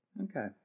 Okay